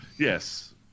Yes